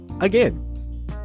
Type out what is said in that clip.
again